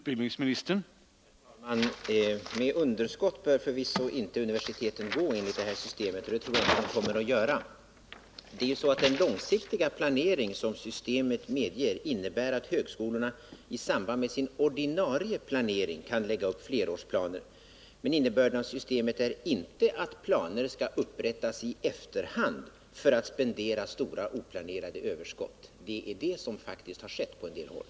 Herr talman! Med underskott bör förvisso inte universiteten gå enligt det här systemet, och det tror jag inte heller att de kommer att göra. Den långsiktiga planering som systemet medger innebär att högskolorna i samband med sin ordinarie planering kan lägga upp flerårsplaner. Innebörden av systemet är inte att planer skall upprättas i efterhand för att de skall kunna spendera stora oplanerade överskott, vilket faktiskt har skett på en del håll.